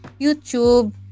YouTube